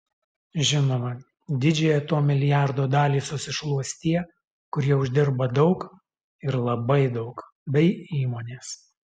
žinoma didžiąją to milijardo dalį susišluos tie kurie uždirba daug ir labai daug bei įmonės